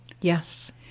Yes